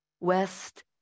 West